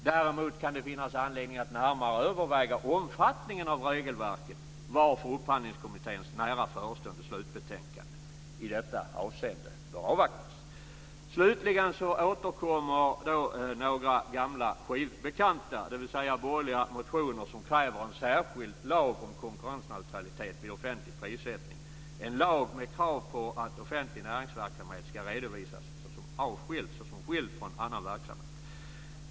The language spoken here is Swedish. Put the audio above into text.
Däremot kan det finnas anledning att närmare överväga omfattningen av regelverket, varför Upphandlingskommitténs nära förestående slutbetänkande i detta avseende bör avvaktas. Slutligen återkommer några "gamla skivbekanta", dvs. borgerliga motioner som kräver en särskild lag om konkurrensneutralitet vid offentlig prissättning. Man vill ha en lag med krav på att offentlig näringsverksamhet ska redovisas skild från annan verksamhet.